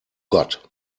gott